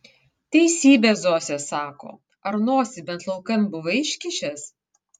teisybę zosė sako ar nosį bent laukan buvai iškišęs